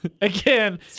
Again